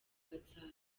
gatsata